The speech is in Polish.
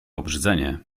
obrzydzenie